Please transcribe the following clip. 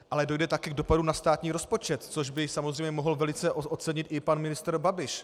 Ale dojde také k dopadu na státní rozpočet, což by samozřejmě mohl velice ocenit i pan ministr Babiš.